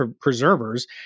preservers